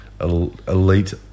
elite